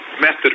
method